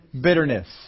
bitterness